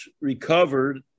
recovered